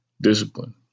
Discipline